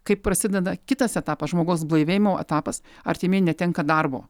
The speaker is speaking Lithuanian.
kai prasideda kitas etapas žmogaus blaivėjimo etapas artimieji netenka darbo